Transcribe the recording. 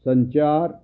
ਸੰਚਾਰ